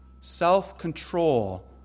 self-control